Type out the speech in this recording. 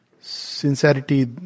Sincerity